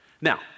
Now